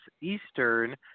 Eastern